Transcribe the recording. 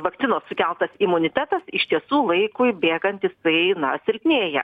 vakcinos sukeltas imunitetas iš tiesų laikui bėgantis jisai na silpnėja